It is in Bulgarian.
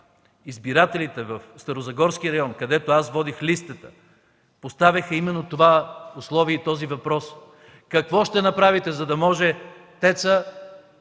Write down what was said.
избирателите в Старозагорския регион, където аз водех листата, поставяха именно това условие и този въпрос – какво ще направите, за да може ТЕЦ-а